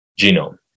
genome